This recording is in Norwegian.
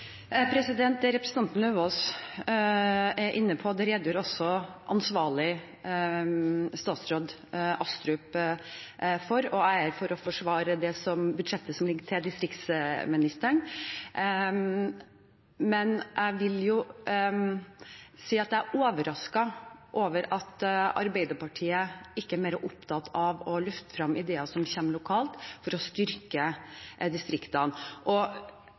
representanten Lauvås er inne på, redegjorde også ansvarlig statsråd Astrup for, og jeg er her for å forsvare det budsjettet som ligger til distriktsministeren. Men jeg vil jo si at jeg er overrasket over at Arbeiderpartiet ikke er mer opptatt av å løfte frem ideer som kommer lokalt, for å styrke distriktene. Jeg vet jo at Youngstorget er en effektiv valgkampmaskin, og